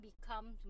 becomes